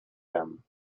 them